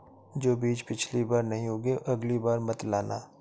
जो बीज पिछली बार नहीं उगे, अगली बार मत लाना